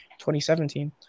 2017